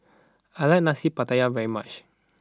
I like Nasi Pattaya very much